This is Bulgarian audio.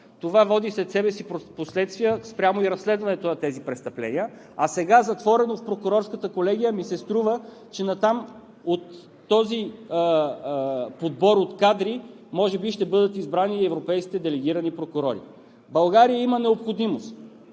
Това води след себе си последствия спрямо разследването на тези престъпления, а сега, затворено в Прокурорската колегия, ми се струва, че натам при този подбор от кадри може би ще бъдат избрани и европейски делегирани прокурори. България има необходимост